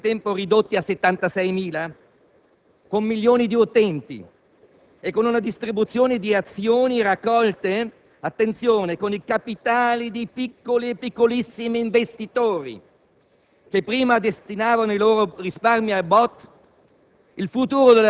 meglio. Con i suoi 83.000 lavoratori - nel frattempo ridotti a 76.000 - con milioni d'utenti e con una distribuzione di azioni raccolte con i capitali di piccoli e piccolissimi investitori